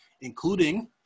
including